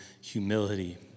humility